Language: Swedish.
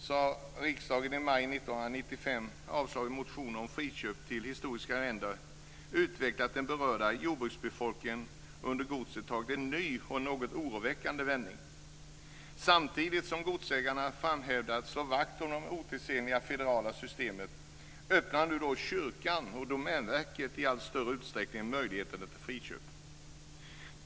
I maj 1995 avslog riksdagen motioner om friköp av historiska arrenden. Efter det har utvecklingen för den berörda jordbruksbefolkningen under godsen tagit en ny och något oroväckande vändning. Samtidigt som godsägarna framhärdar med att slå vakt om de otidsenliga federala systemen öppnar kyrkan och Domänverket i allt större utsträckning möjligheterna till friköp.